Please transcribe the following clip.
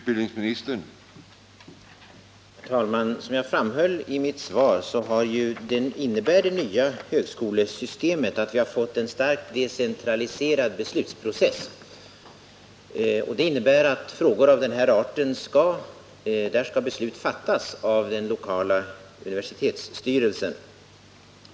Herr talman! Som jag framhöll i mitt svar innebär det nya högskolesystemet att vi har fått en starkt decentraliserad beslutsprocess. I frågor av denna art skall därför beslut fattas av den lokala universitetsstyrelsen.